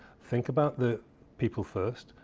think about the people first,